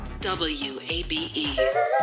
WABE